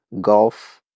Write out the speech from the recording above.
Golf